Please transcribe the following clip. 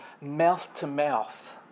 mouth-to-mouth